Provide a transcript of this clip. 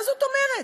מה זאת אומרת?